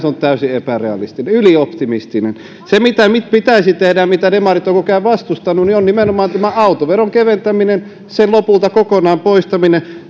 on täysin epärealistinen ylioptimistinen se mitä pitäisi tehdä ja mitä demarit ovat koko ajan vastustaneet on nimenomaan autoveron keventäminen sen lopulta kokonaan poistaminen